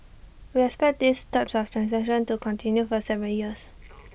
we expect these types of transactions to continue for several years